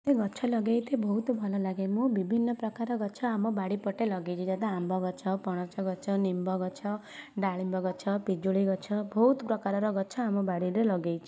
ମତେ ଗଛ ଲଗେଇତେ ବହୁତୁ ଭଲ ଲାଗେ ମୁଁ ବିଭିନ୍ନ ପ୍ରକାର ଗଛ ଆମ ବାଡ଼ି ପଟେ ଲଗେଇଛି ଯଥା ଆମ୍ବ ଗଛ ପଣସ ଗଛ ନିମ୍ବ ଗଛ ଡାଳିମ୍ବ ଗଛ ପିଜୁଳି ଗଛ ବହୁତ ପ୍ରକାରର ଗଛ ଆମ ବାଡ଼ିରେ ଲଗେଇଛି